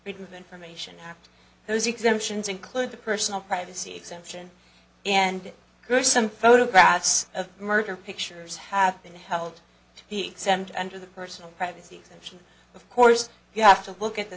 of information act those exemptions include the personal privacy exemption and person photographs of murder pictures have been held to be exempt under the personal privacy and of course you have to look at the